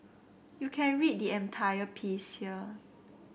you can read the entire piece here